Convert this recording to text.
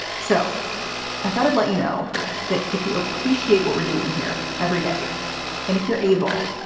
so i thought i'd let you know that if you appreciate what we're doing here every day and if you're able,